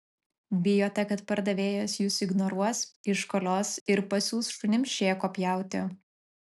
bijote kad pardavėjas jus ignoruos iškolios ir pasiųs šunims šėko pjauti